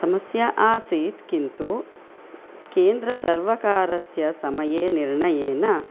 समस्या आसीत् किन्तु केन्द्रसर्वकारस्य समये निर्णयेन